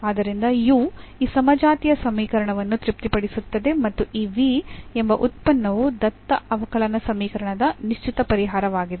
ಆದ್ದರಿಂದ ಈ ಸಮಜಾತೀಯ ಸಮೀಕರಣವನ್ನು ತೃಪ್ತಿಪಡಿಸುತ್ತದೆ ಮತ್ತು ಈ v ಎಂಬ ಉತ್ಪನ್ನವು ದತ್ತ ಅವಕಲನ ಸಮೀಕರಣದ ನಿಶ್ಚಿತ ಪರಿಹಾರವಾಗಿದೆ